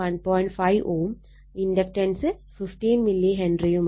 5 Ω inductance 15 milli ഹെൻറിയുമാണ്